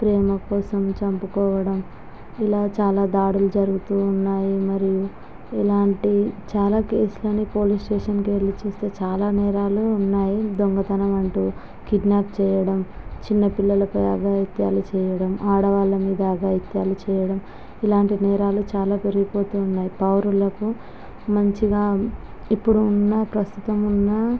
ప్రేమకోసం చంపుకోవడం ఇలా చాలా దాడులు జరుగుతూ ఉన్నాయి మరియు ఇలాంటి చాలా కేసులని పోలీస్ స్టేషనుకి వెళ్ళి చూస్తే చాలా నేరాలు ఉన్నాయి దొంగతనమంటూ కిడ్నాప్ చెయ్యడం చిన్నపిల్లలపై అఘాయిత్యాలు చెయ్యడం ఆడవాళ్ళమీద అఘాయిత్యాలు చెయ్యడం ఇలాంటి నేరాలు చాలా పెరిగిపోతూ ఉన్నాయి పౌరులకు మంచిగా ఇప్పుడు ఉన్న ప్రస్తుతం ఉన్న